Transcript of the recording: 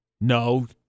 No